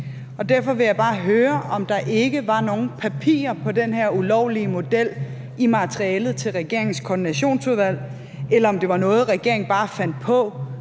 Derfor vil jeg bare høre, om der ikke var nogen papirer om den her ulovlige model i materialet til regeringens koordinationsudvalg, eller om det var noget, regeringen bare fandt på